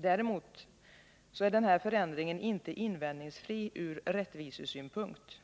Däremot är denna förändring inte invändningsfri ur rättvisesynpunkt.